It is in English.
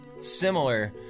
similar